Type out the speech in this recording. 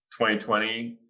2020